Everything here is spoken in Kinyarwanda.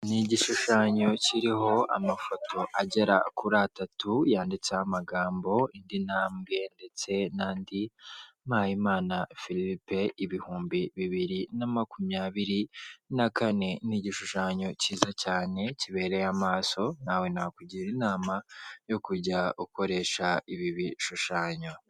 Ni igishushanyo kiriho amafoto agera kuri atatu yanditse amagambo indi ntambwe ndetse nandi, Mpayimana Philippe ibihumbi bibiri na makumyabiri na kane. Ni igishushanyo cyiza cyane kibereye amaso nawe nakugira inama yo kujya ukoresha ibi bishushanyo.